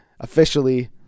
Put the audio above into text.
officially